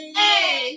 hey